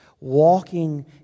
walking